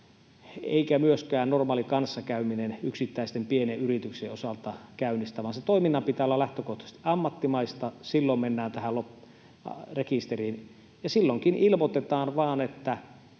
Eikä myöskään normaali kanssakäyminen yksittäisten pienten yritysten osalta tätä käynnistä, vaan sen toiminnan pitää olla lähtökohtaisesti ammattimaista. Silloin mennään tähän rekisteriin, ja silloinkin ilmoitetaan vain, miten